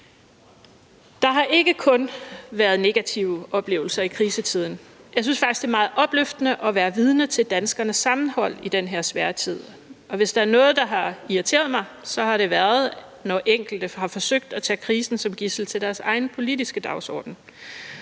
Der har ikke kun været negative oplevelser i krisetiden. Jeg synes faktisk, det er meget opløftende at være vidne til danskernes sammenhold i den her svære tid, og hvis der er noget, der har irriteret mig, har det været, når enkelte har forsøgt at tage krisen som gidsel til deres egen politiske dagsorden.